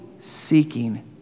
seeking